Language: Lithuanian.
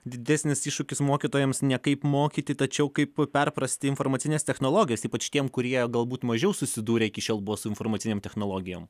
didesnis iššūkis mokytojams ne kaip mokyti tačiau kaip perprasti informacines technologijas ypač tiem kurie galbūt mažiau susidūrę iki šiol buvo su informacinėm technologijom